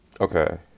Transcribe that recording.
Okay